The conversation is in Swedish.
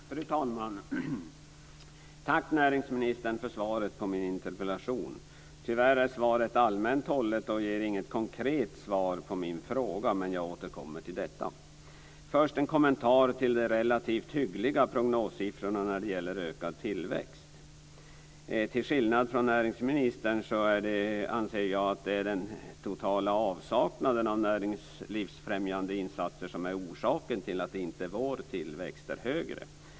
Fru talman! Tack, näringsministern, för svaret på min interpellation! Tyvärr är svaret allmänt hållet och ger inget konkret svar på min fråga, men jag återkommer till detta. Först har jag en kommentar till de relativt hyggliga prognossiffrorna när det gäller ökad tillväxt. Till skillnad från näringsministern anser jag att det är den totala avsaknaden av näringslivsfrämjande insatser som är orsaken till att vår tillväxt inte är högre.